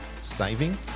saving